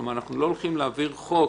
כלומר אנחנו לא הולכים להעביר חוק